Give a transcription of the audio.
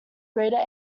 greater